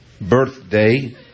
birthday